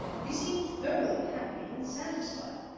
but he seemed thoroughly happy and satisfied.